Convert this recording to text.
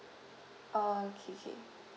orh K K